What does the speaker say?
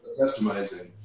customizing